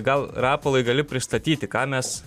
gal rapolai gali pristatyti ką mes